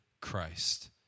Christ